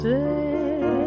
Say